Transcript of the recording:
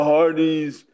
Hardys